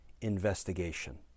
investigation